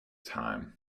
time